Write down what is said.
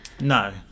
no